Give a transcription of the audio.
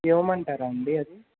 ఇవ్వమంటారా అండి అది